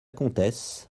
comtesse